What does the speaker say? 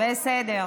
את לא מכירה